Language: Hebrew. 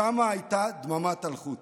שם הייתה דממת אלחוט.